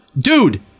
Dude